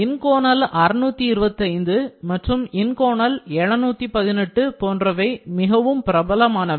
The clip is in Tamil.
இன்கோனல் 625 மற்றும் இன்கோனல் 718 போன்றவை மிகவும் பிரபலமானவை